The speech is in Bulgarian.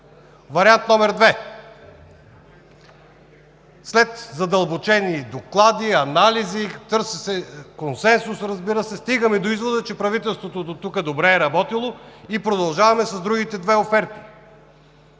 Вариант № 2: след задълбочени доклади, анализи, търси се консенсус, разбира се, стигаме до извода, че правителството дотук е работило добре и продължаваме с другите две оферти